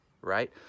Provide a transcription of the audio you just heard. right